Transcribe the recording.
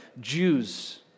Jews